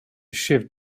shift